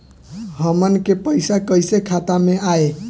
हमन के पईसा कइसे खाता में आय?